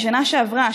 מהשנה שעברה,